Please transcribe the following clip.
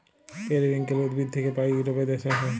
periwinkle উদ্ভিদ থাক্যে পায় ইউরোপ দ্যাশে হ্যয়